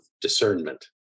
discernment